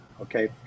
okay